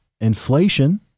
Inflation